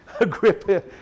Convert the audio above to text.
Agrippa